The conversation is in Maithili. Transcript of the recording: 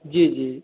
जी जी